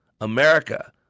America